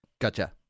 Gotcha